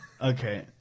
Okay